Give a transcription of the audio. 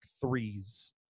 threes